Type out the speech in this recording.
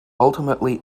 ultimately